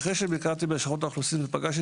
אחרי שביקרתי בלשכות האוכלוסין ופגשתי